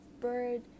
bird